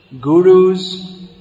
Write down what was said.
gurus